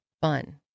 fun